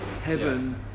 heaven